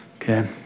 Okay